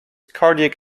cardiac